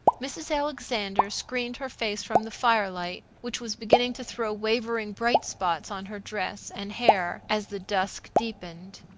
mrs. alexander screened her face from the firelight, which was beginning to throw wavering bright spots on her dress and hair as the dusk deepened.